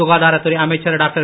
சுகாதாரத்துறை அமைச்சர் டாக்டர்